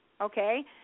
Okay